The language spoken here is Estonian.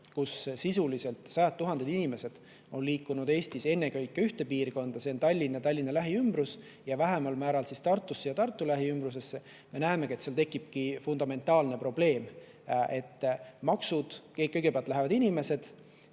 et] sisuliselt on sajad tuhanded inimesed liikunud Eestis ennekõike ühte piirkonda, see on Tallinn ja Tallinna lähiümbrus, ja vähemal määral Tartusse ja Tartu lähiümbrusesse. Me näeme, et seal tekibki fundamentaalne probleem. Kõigepealt lähevad inimesed